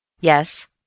Yes